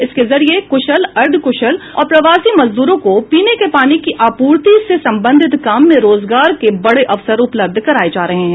इसके जरिए क्शल अर्द्धक्शल और प्रवासी मजद्रों को पीने के पानी की आपूर्ति से संबंधित काम में रोजगार के बडे अवसर उपलब्ध कराए जा रहे हैं